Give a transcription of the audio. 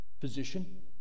physician